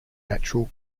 natural